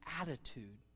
attitude